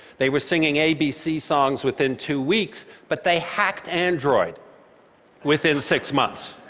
they were singing abc songs within two weeks, but they hacked android within six months.